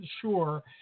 sure